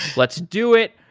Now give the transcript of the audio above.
let's do it.